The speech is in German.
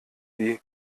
die